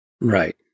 Right